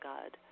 God